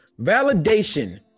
Validation